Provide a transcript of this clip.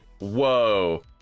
whoa